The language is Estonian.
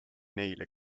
neile